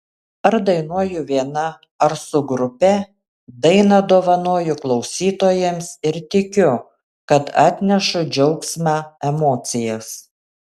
ar dainuoju viena ar su grupe dainą dovanoju klausytojams ir tikiu kad atnešu džiaugsmą emocijas